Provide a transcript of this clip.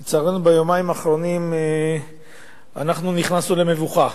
לצערנו, ביומיים האחרונים אנחנו נכנסנו למבוכה,